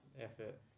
effort